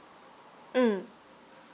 mm